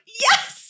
yes